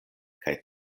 kaj